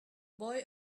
boy